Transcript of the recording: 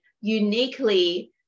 uniquely